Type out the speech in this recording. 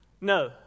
No